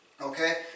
Okay